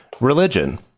religion